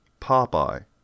Popeye